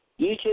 YouTube